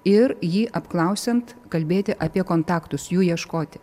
ir jį apklausiant kalbėti apie kontaktus jų ieškoti